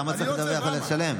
למה צריך לדווח ולשלם?